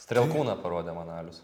strielkūną parodė man alius